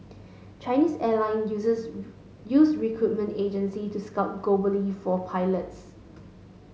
Chinese airline users use recruitment agency to scout globally for pilots